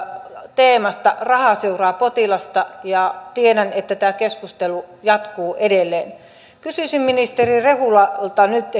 teemasta raha seuraa potilasta ja tiedän että tämä keskustelu jatkuu edelleen kysyisin ministeri rehulalta nyt